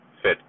fit